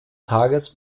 tages